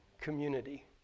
community